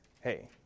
hey